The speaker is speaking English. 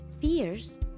fears